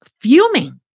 fuming